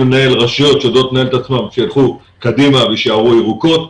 הרשויות יודעות לנהל את עצמן כדי ללכת קדימה ולהישאר ירוקות,